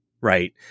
right